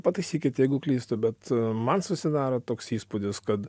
pataisykit jeigu klystu bet man susidaro toks įspūdis kad